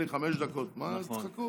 נדמה לי, חמש דקות, אז תחכו.